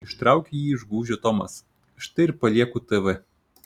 ištraukė jį iš gūžio tomas štai ir palieku tv